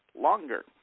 longer